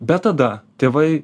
bet tada tėvai